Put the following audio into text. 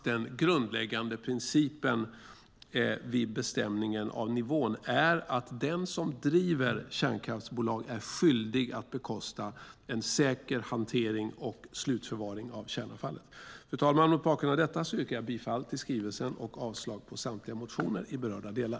Den grundläggande principen vid bestämningen av nivån är att den som driver kärnkraftsbolag är skyldig att bekosta en säker hantering och slutförvaring av kärnavfallet. Fru talman! Mot bakgrund av detta yrkar jag bifall till utskottets förslag med anledning av skrivelsen och avslag på samtliga motioner i berörda delar.